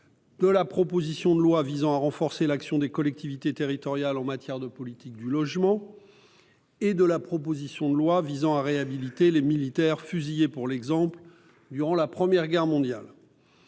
de la proposition de loi visant à renforcer l'action des collectivités territoriales en matière de politique du logement et de la proposition de loi visant à réhabiliter les militaires « fusillés pour l'exemple » durant la Première Guerre mondiale.